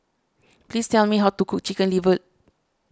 please tell me how to cook Chicken Liver